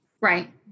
Right